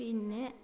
പിന്നെ